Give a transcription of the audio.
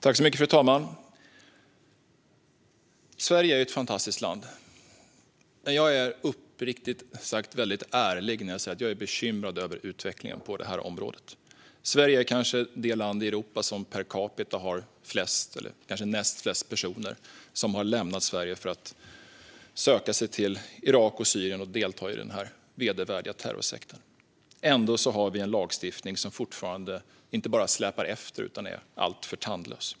Fru talman! Sverige är ett fantastiskt land, men jag är väldigt ärlig när jag säger att jag är bekymrad över utvecklingen på detta område. Sverige är det land i Europa där det per capita är flest eller kanske näst flest personer som har sökt sig till Irak eller Syrien för att delta i denna vedervärdiga terrorsekt. Ändå har vi en lagstiftning som fortfarande inte bara släpar efter utan också är alltför tandlös.